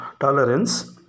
tolerance